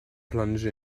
plunge